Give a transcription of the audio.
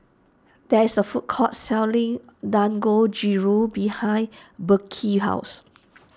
there is a food court selling Dangojiru behind Burke's house